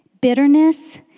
Bitterness